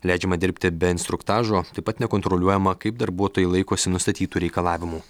leidžiama dirbti be instruktažo taip pat nekontroliuojama kaip darbuotojai laikosi nustatytų reikalavimų